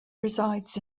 resides